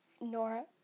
Nora